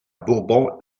bourbon